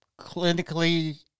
clinically